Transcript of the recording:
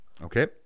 okay